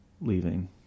leaving